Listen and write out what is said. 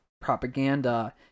propaganda